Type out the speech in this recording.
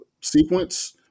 sequence